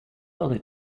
early